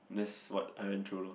that's what I went through lor